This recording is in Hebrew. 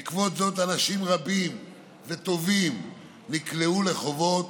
בעקבות זאת, אנשים רבים וטובים נקלעו לחובות,